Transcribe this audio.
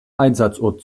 einsatzort